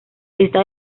esta